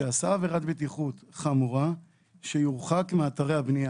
שעשה עבירת בטיחות חמורה שיורחק מאתרי הבנייה.